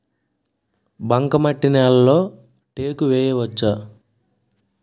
బంకమట్టి నేలలో టేకు వేయవచ్చా?